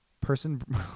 Person